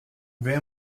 wer